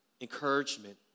encouragement